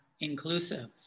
inclusive